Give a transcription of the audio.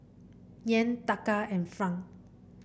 Yen Taka and franc